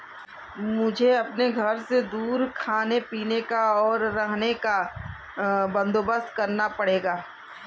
मुझे अपने घर से दूर खाने पीने का, और रहने का बंदोबस्त करना पड़ेगा